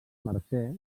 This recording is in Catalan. mercè